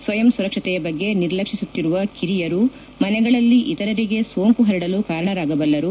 ಸ್ವಯಂ ಸುರಕ್ಷತೆಯ ಬಗ್ಗೆ ನಿರ್ಲಕ್ಷಿಸುತ್ತಿರುವ ಕಿರಿಯರು ಮನೆಗಳಲ್ಲಿ ಇತರರಿಗೆ ಸೋಂಕು ಹರಡಲು ಕಾರಣರಾಗಬಲ್ಲರು